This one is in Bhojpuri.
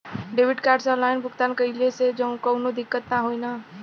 डेबिट कार्ड से ऑनलाइन भुगतान कइले से काउनो दिक्कत ना होई न?